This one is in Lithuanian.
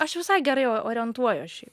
aš visai gerai orientuojuos šiaip